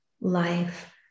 life